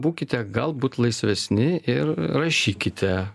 būkite galbūt laisvesni ir rašykite